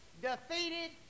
defeated